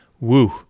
Woo